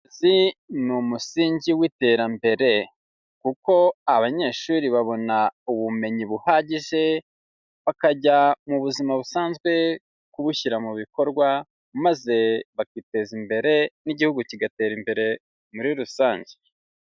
Uburezi ni umusingi w'iterambere, kuko abanyeshuri babona ubumenyi buhagije, bakajya mu buzima busanzwe kubushyira mu bikorwa, maze bakiteza imbere, n'igihugu kigatera imbere muri rusange.